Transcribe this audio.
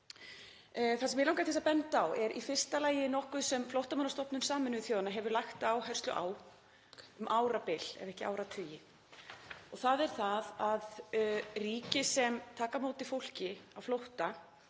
Það sem mig langar til að benda á er í fyrsta lagi nokkuð sem Flóttamannastofnun Sameinuðu þjóðanna hefur lagt áherslu á um árabil, ef ekki áratugi, og það er að ríki sem taka á móti fólki á flótta